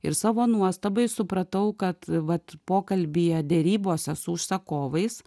ir savo nuostabai supratau kad vat pokalbyje derybose su užsakovais